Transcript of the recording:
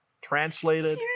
translated